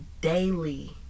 daily